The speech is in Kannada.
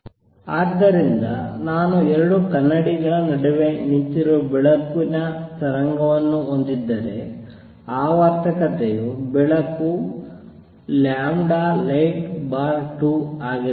ಆದ್ದರಿಂದ ನಾನು 2 ಕನ್ನಡಿಗಳ ನಡುವೆ ನಿಂತಿರುವ ಬೆಳಕಿನ ತರಂಗವನ್ನು ಹೊಂದಿದ್ದರೆ ಆವರ್ತಕತೆಯು ಬೆಳಕು light2 ಆಗಿದೆ